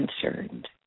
concerned